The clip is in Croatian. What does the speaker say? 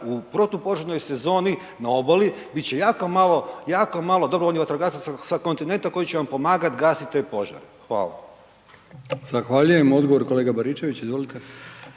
u protupožarnoj sezoni na obali biti će jako malo, jako malo dobrovoljnih vatrogasaca sa kontinenta koji će vam pomagati gasiti te požare. Hvala.